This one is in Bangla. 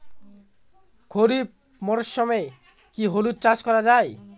খরিফ মরশুমে কি হলুদ চাস করা য়ায়?